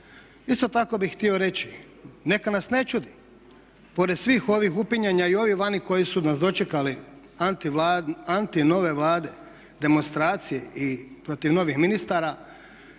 Isto tako bih htio reći neka nas ne čudi, pored svih ovih upinjanja i ovih vani koji su nas dočekali anti nove Vlade, demonstracije i protiv novih ministara,